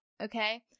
okay